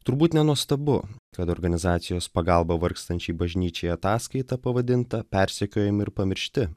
turbūt nenuostabu kad organizacijos pagalba vargstančiai bažnyčiai ataskaita pavadinta persekiojami ir pamiršti